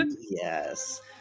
Yes